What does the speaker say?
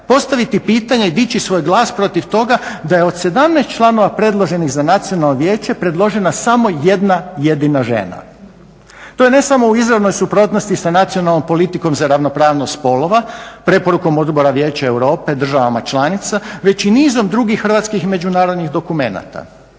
postaviti pitanje i dići svoj glas protiv toga da je od 17 članova predloženih za Nacionalno vijeće predložena samo jedna jedina žena. To je ne samo u izravnoj suprotnosti sa nacionalnom politikom za ravnopravnost spolova, preporukom Odbora Vijeća Europe državama članica već i nizom drugih hrvatskih međunarodnih dokumenata.